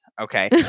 okay